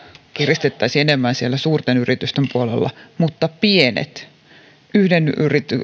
kiristettäisiin enemmän siellä suurten yritysten puolella mutta pienet